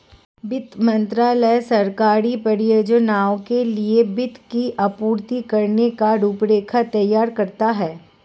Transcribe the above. वित्त मंत्रालय सरकारी परियोजनाओं के लिए वित्त की आपूर्ति करने की रूपरेखा तैयार करता है